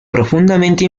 profundamente